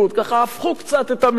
ככה, הפכו קצת את המלים,